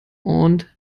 und